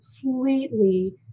completely